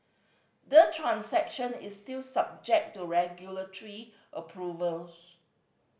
the transaction is still subject to regulatory approvals